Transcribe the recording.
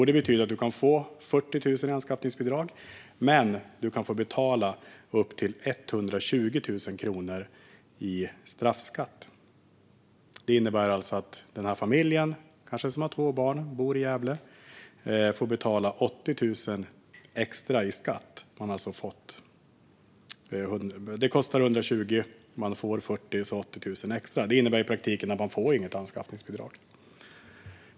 Det betyder att man kan få 40 000 i anskaffningsbidrag, men man kan få betala upp till 120 000 kronor i straffskatt. Det innebär att familjen som kanske har två barn och bor i Gävle får betala 80 000 kronor extra i skatt. Det kostar 120 000 kronor, och man får 40 000 kronor. Det blir 80 000 kronor extra. Det innebär att man i praktiken inte får något anskaffningsbidrag.